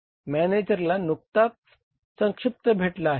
मॅनेजरला नुकताच संक्षिप्त भेटला आहे